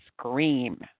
scream